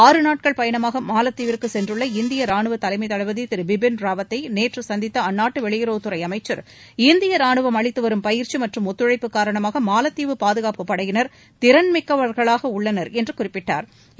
ஆறு நாட்கள் பயணமாக மாலத்தீவிற்கு சென்றுள்ள இந்திய ராணுவ தலைமை தளபதி திரு பிபின் ராவத்தை நேற்று சந்தித்த அந்நாட்டு வெளியுறவுத்துறை அமைச்சர் இந்திய ரானுவம் அளித்து வரும் பயிற்சி மற்றும் ஒத்துழைப்பு காரணமாக மாலத்தீவு பாதுகாப்பு படையினர் திறன் மிக்கவர்களாக உள்ளனர் என்று குறிப்பிட்டா்